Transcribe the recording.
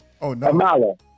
Amala